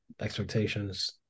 expectations